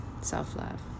self-love